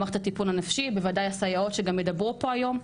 מערכת הטיפול הנפשי ובוודאי גם הסייעות שגם ידברו פה היום.